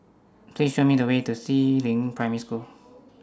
Please Show Me The Way to Si Ling Primary School